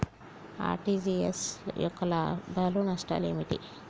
RTGS యొక్క లాభాలు నష్టాలు ఏమిటి?